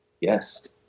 Yes